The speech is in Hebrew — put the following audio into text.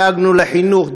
דאגנו לחינוך,